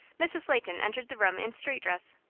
mrs. leighton entered the room in street dress.